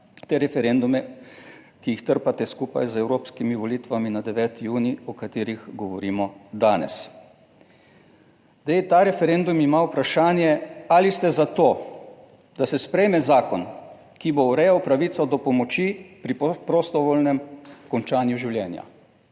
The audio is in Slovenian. te referendume, ki jih trpate skupaj z evropskimi volitvami na 9. junij, o katerih govorimo danes. Zdaj, ta referendum ima vprašanje, ali ste za to, da se sprejme zakon, ki bo urejal pravico do pomoči pri prostovoljnem končanju življenja,